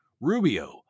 Rubio